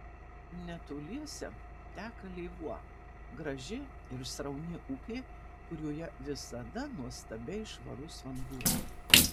netoliese teka lėvuo graži ir srauni upė kurioje visada nuostabiai švarus vanduo